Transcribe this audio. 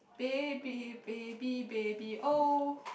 baby baby baby oh